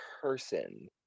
person